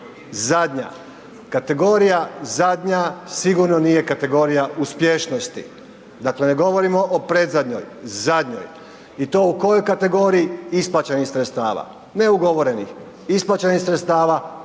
zadnja, kategorija zadnja sigurno nije kategorija uspješnosti, dakle ne govorimo o predzadnjoj, zadnjoj i to u kojoj kategoriji, isplaćenih sredstava, ne ugovorenih, isplaćenih sredstava, a